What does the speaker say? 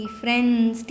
friends